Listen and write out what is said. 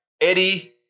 Eddie